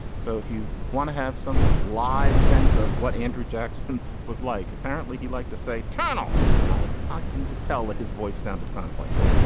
so if you want to have some live sense of what andrew jackson was like apparently he'd like to say tunnel and i i can just tell it his voice sounded kind of like that.